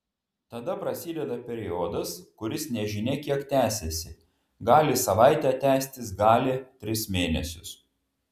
tada prasideda periodas kuris nežinia kiek tęsiasi gali savaitę tęstis gali tris mėnesius